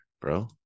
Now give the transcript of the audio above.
bro